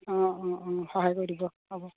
অঁ অঁ অঁ সহায় কৰি দিব হ'ব